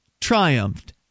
triumphed